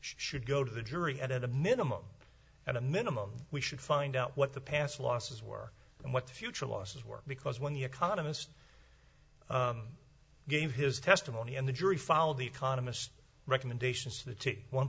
should go to the jury and at a minimum at a minimum we should find out what the past losses were and what the future losses were because when the economist gave his testimony and the jury followed the economist recommendations to the one